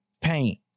Paint